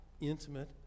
intimate